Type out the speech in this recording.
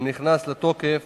ונכנס לתוקף